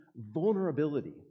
vulnerability